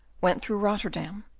went through rotterdam,